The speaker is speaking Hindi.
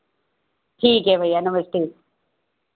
ठीक है भैया नमस्ते